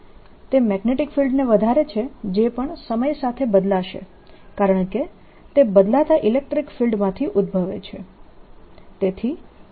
તે મેગ્નેટીક ફિલ્ડને વધારે છે જે પણ સમય સાથે બદલાશે કારણકે તે બદલાતા ઇલેક્ટ્રીક ફિલ્ડમાંથી ઉદભવે છે